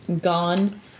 gone